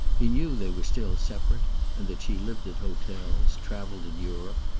he knew they were still separate and that she lived at hotels, travelled in europe,